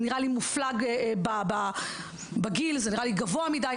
זה נראה לי מופלג בגיל, זה נראה לי גבוה מידי.